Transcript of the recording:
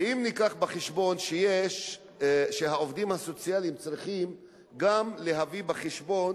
ואם נביא בחשבון שהעובדים הסוציאליים צריכים גם להביא בחשבון,